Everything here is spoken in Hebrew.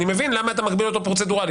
אני מבין למה אתה מגביל אותו פרוצדורלית.